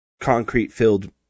concrete-filled